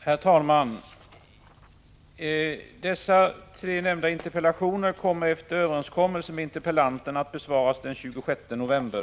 Herr talman! De tre nämnda interpellationerna kommer, efter överenskommelse med interpellanterna, att besvaras den 26 november.